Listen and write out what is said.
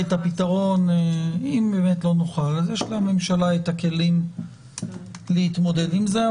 אם לא נוכל אז יש לממשלה את הכלים להתמודד עם זה.